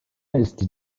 ist